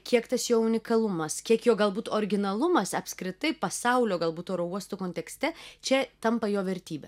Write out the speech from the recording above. kiek tas jo unikalumas kiek jo galbūt originalumas apskritai pasaulio galbūt oro uostų kontekste čia tampa jo vertybe